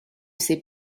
ces